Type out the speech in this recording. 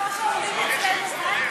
כמו שאומרים אצלנו,